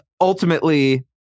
ultimately